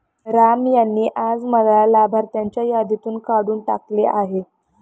राम यांनी आज मला लाभार्थ्यांच्या यादीतून काढून टाकले आहे